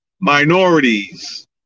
Minorities